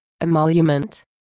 emolument